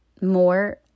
more